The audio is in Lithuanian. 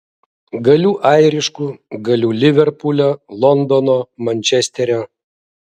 galiu airišku galiu liverpulio londono mančesterio